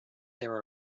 there